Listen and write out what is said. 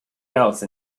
else